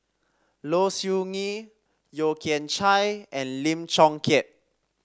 Low Siew Nghee Yeo Kian Chye and Lim Chong Keat